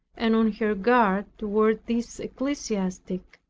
and on her guard, toward this ecclesiastic,